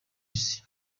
isi